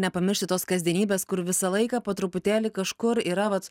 nepamiršti tos kasdienybės kur visą laiką po truputėlį kažkur yra vat